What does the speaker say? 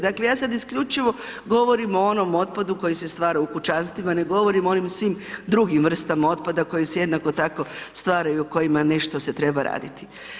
Dakle ja sada isključivo govorim o onom otpadu koji se stvar u kućanstvima, ne govorim o onim svim drugim vrstama otpada koje se jednako tako stvaraju i o kojima nešto se treba traditi.